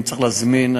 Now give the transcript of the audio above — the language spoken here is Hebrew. צריך להזמין,